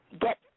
get